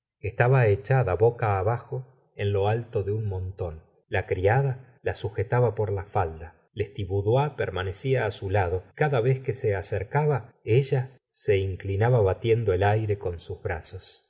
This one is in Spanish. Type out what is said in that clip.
estaba echada boca abajo en lo alto de un montón la criada la sujetaba por la falda lestiboudois permanecía su lado y cada vez que se acercaba ella se inclinaba batiendo el aire con sus brazos